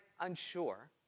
unsure